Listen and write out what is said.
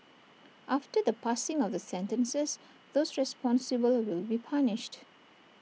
after the passing of the sentences those responsible will be punished